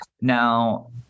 now